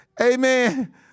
Amen